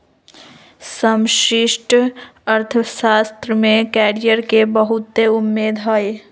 समष्टि अर्थशास्त्र में कैरियर के बहुते उम्मेद हइ